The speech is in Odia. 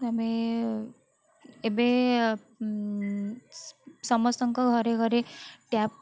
ଆମେ ଏବେ ସମସ୍ତଙ୍କ ଘରେ ଘରେ ଟ୍ୟାପ୍